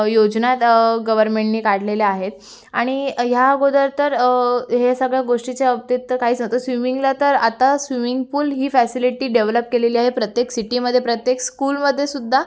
योजना गव्हर्मेन्टने काढलेल्या आहेत आणि ह्या अगोदर तर हे सगळं गोष्टीच्या बाबतीत तर काहीच नव्हतं स्विमिंगला तर आता स्विमिंग पूल ही फॅसिलिटी डेव्हलप केलेली आहे प्रत्येक सिटीमध्ये प्रत्येक स्कूलमध्येसुद्धा